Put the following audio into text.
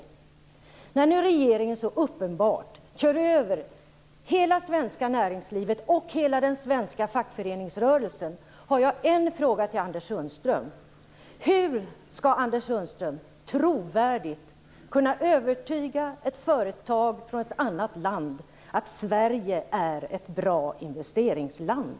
Eftersom regeringen nu så uppenbart kör över hela svenska näringslivet och hela den svenska fackföreningsrörelsen har jag en fråga till Anders Sundström. Hur skall Anders Sundström trovärdigt kunna övertyga ett företag från ett annat land om att Sverige är ett bra investeringsland?